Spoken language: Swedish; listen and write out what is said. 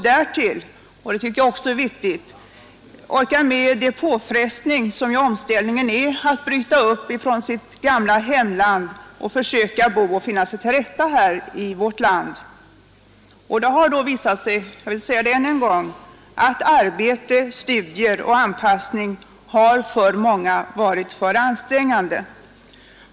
Därtill det tycker jag oc är viktigt — måste de orka med den påfrestning som det innebär att bryta upp från sitt gamla hemland och försöka bo och finna sig till rätta här i vårt land. Det har alltså visat sig — jag vill säga det än en gång — att arbete, studier och anpassning för många har varit för ansträngande.